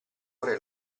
ore